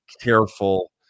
careful